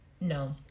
No